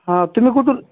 हां तुम्ही कुठून